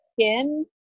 skin